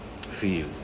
feel